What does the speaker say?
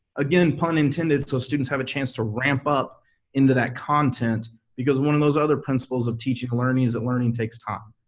again, pun intended, so students have a chance to ramp up into that content because one of those other principles of teaching and learning is that learning takes time,